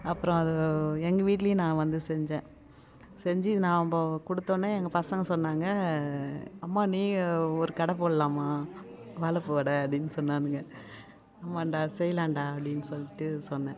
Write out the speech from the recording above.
அப்புறம் அது எங்கள் வீட்லேயும் நான் வந்து செஞ்சேன் செஞ்சு இது நாம் குடுத்தவொடனே எங்கள் பசங்கள் சொன்னாங்க அம்மா நீயும் ஒரு கடை போடலாமா வாழைப்பூ வடை அப்படினு சொன்னானுங்க ஆமாண்டா செய்யலாண்டா அப்படினு சொல்லிட்டு சொன்னேன்